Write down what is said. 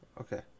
Okay